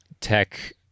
tech